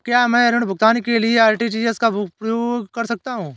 क्या मैं ऋण भुगतान के लिए आर.टी.जी.एस का उपयोग कर सकता हूँ?